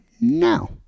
now